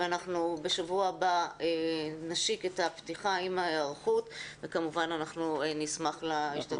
ואנחנו בשבוע הבא נשיק את הפתיחה עם ההיערכות וכמובן נשמח להשתתפות שלך.